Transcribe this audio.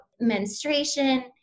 menstruation